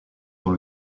dans